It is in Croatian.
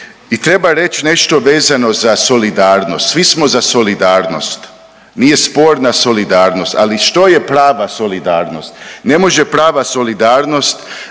I treba reći nešto vezano za solidarnost, svi smo za solidarnost. Nije sporna solidarnost, ali što je prava solidarnost? Ne može prava solidarnost